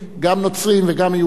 גם נוצריים וגם יהודיים,